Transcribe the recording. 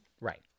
Right